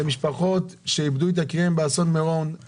מדובר במשפחות שאיבדו את יקיריהן באסון מירון,